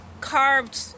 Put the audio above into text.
carved